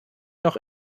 noch